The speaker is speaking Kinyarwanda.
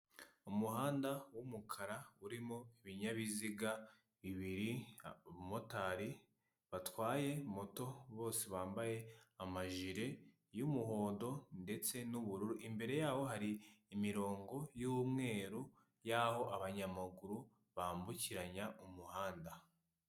Umuhanda w'umukara urimo ibinyabiziga bibiri, abamotari batwaye moto bose bambaye amajire y'umuhondo ndetse n'ubururu, imbere yabo hari imirongo y'umweru yaho abanyamaguru bambukiranya umuhanda.